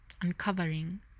uncovering